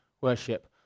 worship